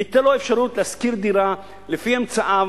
ניתן לו אפשרות לשכור דירה לפי אמצעיו,